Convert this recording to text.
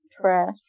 Trash